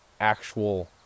actual